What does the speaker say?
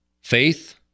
Faith